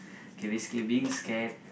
okay basically being scared